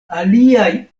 aliaj